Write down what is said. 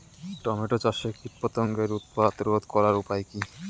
Tomato চাষে কীটপতঙ্গের উৎপাত রোধ করার উপায় কী?